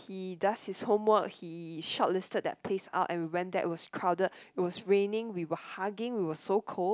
he does his homework he shortlisted that place out and we went that was crowded it was raining we were hugging we were so cold